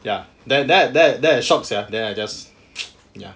ya then I then I then I shocked sia I just ya